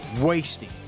Wasting